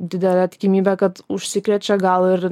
didelė tikimybė kad užsikrečia gal ir